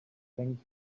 things